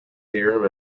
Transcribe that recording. theorem